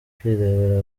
kwirebera